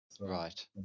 Right